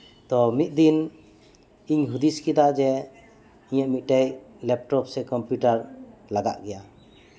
ᱛᱳ ᱢᱤᱫ ᱫᱤᱱ ᱤᱧ ᱦᱩᱫᱤᱥ ᱠᱮᱫᱟ ᱡᱮ ᱤᱧᱟᱹᱜ ᱢᱤᱫᱴᱮᱡ ᱞᱮᱯᱴᱚᱯ ᱥᱮ ᱠᱚᱢᱯᱤᱭᱩᱴᱟᱨ ᱞᱟᱜᱟᱜ ᱜᱮᱭᱟ